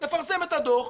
לפרסם את הדוח,